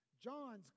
John's